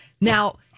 Now